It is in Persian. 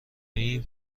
ایم